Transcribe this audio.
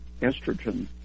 estrogen